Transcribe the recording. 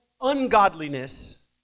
ungodliness